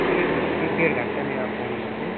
एक एक डेढ़ घंटे में आप घूम लेंगे